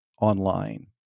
online